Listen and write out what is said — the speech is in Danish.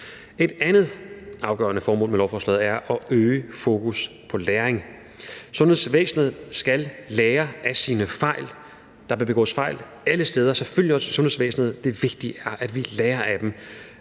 Et andet afgørende formål med lovforslaget er at øge fokus på læring. Sundhedsvæsenet skal lære af sine fejl. Der begås fejl alle steder, selvfølgelig også i sundhedsvæsenet, og det vigtige er, at vi lærer af dem